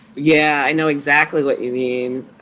yeah, i know exactly what you mean,